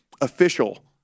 official